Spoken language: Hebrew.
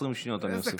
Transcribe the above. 20 שניות אני אוסיף לך.